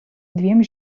dviem